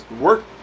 work